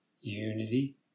Unity